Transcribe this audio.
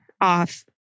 off